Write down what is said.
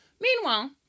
Meanwhile